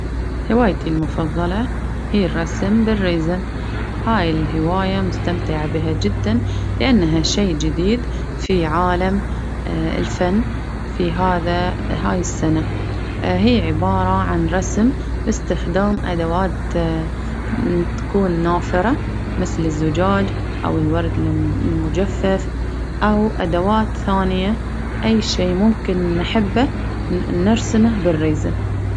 هوايتي المفظلة هي الرسم بالريزن، هاي الهواية مستمتعة بها جدا، لأنها شي جديد في عالم اه الفن في هذا هاي السنة ،هي عبارة عن رسم باستخدام أدوات تكون نافرة مثل الزجاج أو الورد المجفف أو أدوات ثانية، أي شيء ممكن نحبه نرسمه بالريزن.